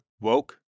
woke